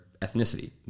ethnicity